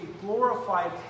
glorified